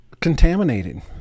contaminated